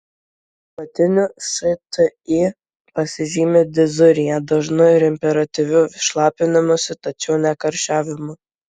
apatinių šti pasižymi dizurija dažnu ir imperatyviu šlapinimusi tačiau ne karščiavimu